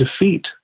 defeat